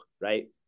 right